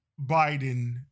Biden